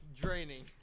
draining